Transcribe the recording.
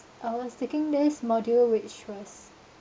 I was taking this module which was